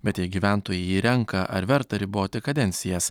bet jei gyventojai jį renka ar verta riboti kadencijas